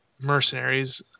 mercenaries